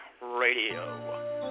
Radio